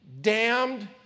damned